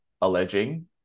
alleging